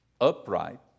upright